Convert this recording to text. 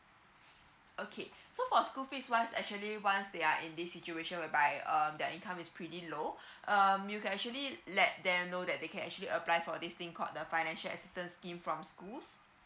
okay so for school fees wise actually once they are in this situation whereby um their income is pretty low um you can actually let them know that they can actually apply for this thing called the financial assistance scheme from schools